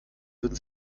würde